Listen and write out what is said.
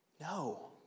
No